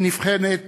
היא נבחנת